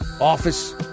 office